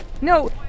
No